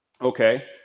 Okay